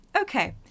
Okay